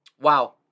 wow